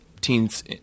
teens